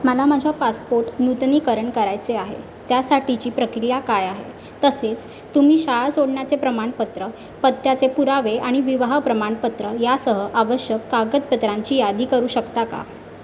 मला माझा पासपोर्ट नूतनीकरण करायचे आहे त्यासाठीची प्रक्रिया काय आहे तसेच तुम्ही शाळा सोडण्याचे प्रमाणपत्र पत्त्याचे पुरावे आणि विवाह प्रमाणपत्र यासह आवश्यक कागदपत्रांची यादी करू शकता का